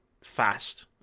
fast